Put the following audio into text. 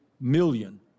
million